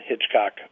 Hitchcock